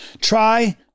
Try